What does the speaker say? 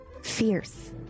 Fierce